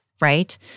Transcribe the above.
right